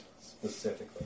specifically